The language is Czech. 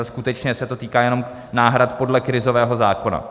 Skutečně se to týká jenom náhrad podle krizového zákona.